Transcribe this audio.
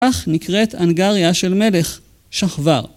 אך נקראת אנגריה של מלך שחבר.